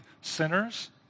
sinners